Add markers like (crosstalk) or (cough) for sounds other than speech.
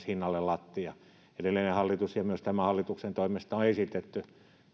(unintelligible) hinnalle myös lattia edellisen hallituksen ja myös tämän hallituksen toimesta on esitetty